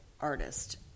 artist